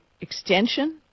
extension